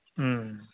ᱦᱩᱸ